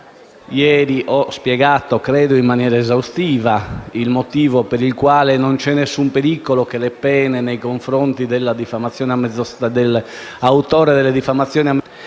aver spiegato ieri in maniera esaustiva il motivo per il quale non c'è alcun pericolo che le pene nei confronti dell'autore delle diffamazioni a mezzo stampa